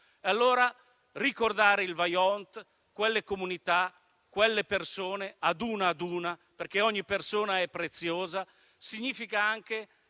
Allora ricordare il Vajont, quelle comunità, quelle persone ad una ad una, perché ogni persona è preziosa, significa anche